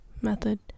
method